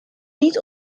niet